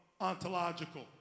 ontological